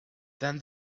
then